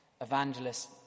evangelist